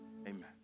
Amen